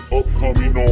upcoming